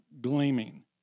gleaming